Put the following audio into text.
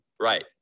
Right